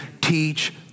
teach